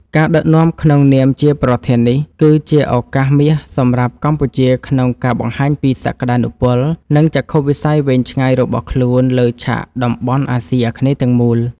ការដឹកនាំក្នុងនាមជាប្រធាននេះ គឺជាឱកាសមាសសម្រាប់កម្ពុជាក្នុងការបង្ហាញពីសក្តានុពល និងចក្ខុវិស័យវែងឆ្ងាយរបស់ខ្លួនលើឆាកតំបន់អាស៊ីអាគ្នេយ៍ទាំងមូល។